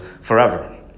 forever